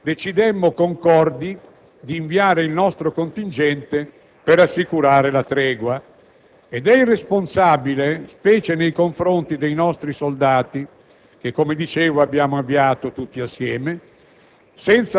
È impossibile ignorare il deterioramento della situazione e, a mio parere, è irresponsabile non informare il Parlamento di una situazione che riguarda più di 2.000 nostri uomini: